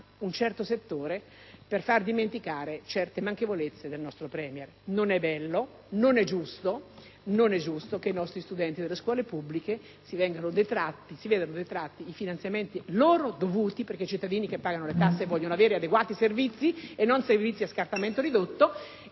un certo settore per far dimenticare alcune manchevolezze del nostro *Premier*. Non è bello e non è giusto che i nostri studenti delle scuole pubbliche si vedano detratti i finanziamenti loro dovuti. I cittadini che pagano le tasse vogliono avere adeguati servizi e non con funzionamento ridotto.